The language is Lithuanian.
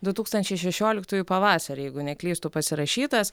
du tūkstančiai šešioliktųjų pavasarį jeigu neklystu pasirašytas